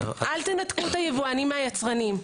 אל תנתקו את היבואנים מהיצרנים.